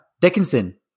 Dickinson